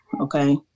okay